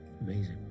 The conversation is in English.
Amazing